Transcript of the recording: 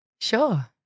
Sure